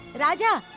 raja?